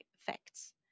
effects